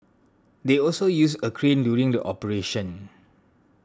they also used a crane during the operation